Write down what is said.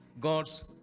God's